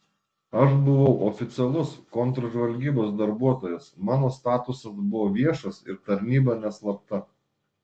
aš buvau oficialus kontržvalgybos darbuotojas mano statusas buvo viešas ir tarnyba neslapta